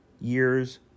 years